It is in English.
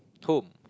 home